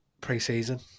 pre-season